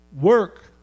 work